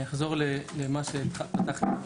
אני אחזור למה שפתחתי בו.